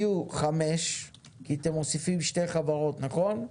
יהיו חמש, כי אתם מוסיפים שתי חברות, נכון?